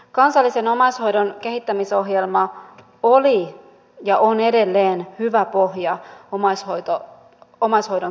kansallisen omaishoidon kehittämisohjelma oli ja on edelleen hyvä pohja omaishoidon kehittämiselle